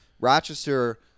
Rochester